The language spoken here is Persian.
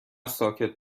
ساکت